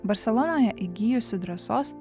barselonoje įgijusi drąsos